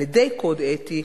על-ידי קוד אתי,